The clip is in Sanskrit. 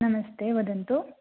नमस्ते वदन्तु